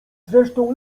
zresztą